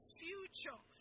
future